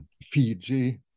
Fiji